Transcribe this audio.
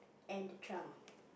and the trunk